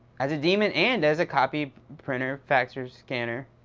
as a demon, and as a copy, printer, faxer, scanner,